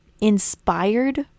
inspired